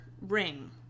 ring